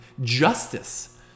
justice